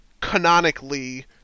canonically